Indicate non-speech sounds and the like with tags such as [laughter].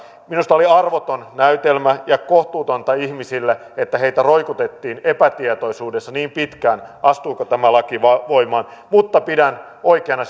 minusta oli arvoton näytelmä ja kohtuutonta ihmisille että heitä roikutettiin epätietoisuudessa niin pitkään siinä astuuko tämä laki voimaan mutta pidän oikeana [unintelligible]